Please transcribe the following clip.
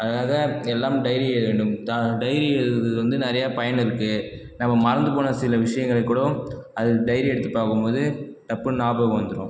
அதனால் எல்லாம் டைரி எழுத வேண்டும் தான் டைரி எழுதுகிறது வந்து நிறையா பயன் இருக்குது நம்ம மறந்து போன சில விஷயங்களை கூடம் அது டைரி எடுத்து பார்க்கும்போது டப்புன்னு ஞாபகம் வந்துடும்